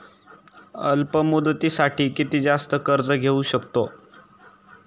अल्प मुदतीसाठी किती जास्त कर्ज घेऊ शकतो?